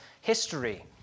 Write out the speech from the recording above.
history